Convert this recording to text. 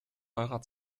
eurer